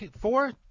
four